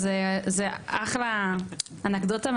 אז זו אחלה אנקדוטה.